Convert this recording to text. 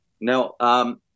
Now